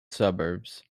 suburbs